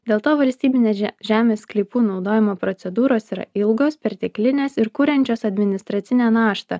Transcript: dėl to valstybinės žemės sklypų naudojimo procedūros yra ilgos perteklinės ir kuriančios administracinę naštą